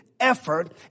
effort